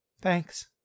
Thanks